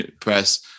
press